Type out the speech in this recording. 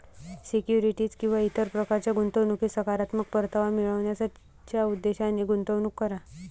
securities किंवा इतर प्रकारच्या गुंतवणुकीत सकारात्मक परतावा मिळवण्याच्या उद्देशाने गुंतवणूक करा